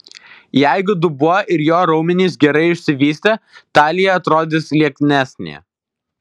jeigu dubuo ir jo raumenys gerai išsivystę talija atrodys lieknesnė